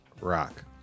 Rock